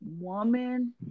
woman